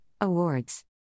Awards